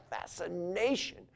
fascination